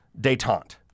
detente